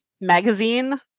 magazine